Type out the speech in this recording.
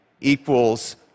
equals